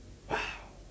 !wow!